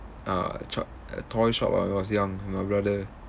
uh chop uh toy shop ah was young with my brother